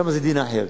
שם זה דין אחר,